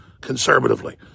conservatively